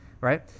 right